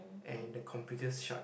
and the computer shut